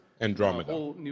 Andromeda